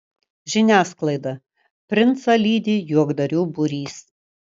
žiniasklaida princą lydi juokdarių būrys